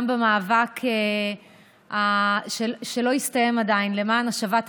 במאבק שלא הסתיים עדיין למען השבת הבנים,